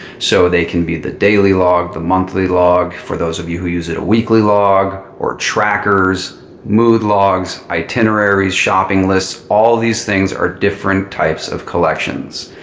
so they can be the daily log the monthly log for those of you who use it, a weekly log or trackers mood logs itineraries shopping lists. all of these things are different types of collections.